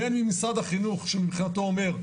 ומשרד החינוך שמבחינתו אומר,